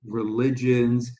religions